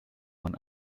man